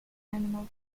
animal